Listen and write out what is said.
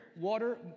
Water